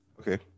Okay